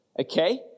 okay